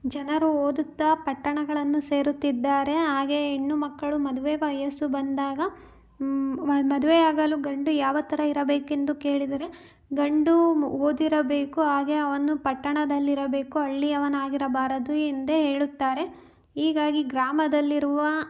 ಜನರು ಓದುತ್ತಾ ಪಟ್ಟಣಗಳನ್ನು ಸೇರುತ್ತಿದ್ದಾರೆ ಹಾಗೆ ಹೆಣ್ಣುಮಕ್ಕಳು ಮದುವೆ ವಯಸ್ಸು ಬಂದಾಗ ಮದುವೆಯಾಗಲು ಗಂಡು ಯಾವ ಥರ ಇರಬೇಕು ಎಂದು ಕೇಳಿದರೆ ಗಂಡು ಓದಿರಬೇಕು ಹಾಗೇ ಅವನು ಪಟ್ಟಣದಲ್ಲಿರಬೇಕು ಹಳ್ಳಿಯವನಾಗಿರಬಾರದು ಎಂದೇ ಹೇಳುತ್ತಾರೆ ಹೀಗಾಗಿ ಗ್ರಾಮದಲ್ಲಿರುವ